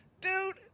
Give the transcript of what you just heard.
Dude